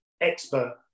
expert